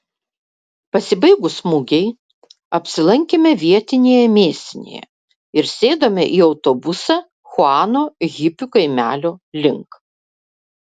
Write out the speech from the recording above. pasibaigus mugei apsilankėme vietinėje mėsinėje ir sėdome į autobusą chuano hipių kaimelio link